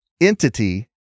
entity